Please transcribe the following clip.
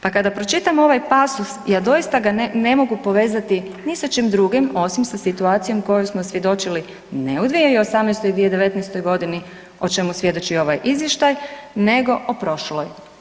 Pa kada pročitamo ovaj pasos ja doista ga ne mogu povezati ni sa čim drugim osim sa situacijom kojoj smo svjedočili ne u 2018. i 2019. godini o čemu svjedoči i ovaj izvještaj, nego o prošloj.